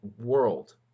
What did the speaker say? world